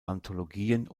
anthologien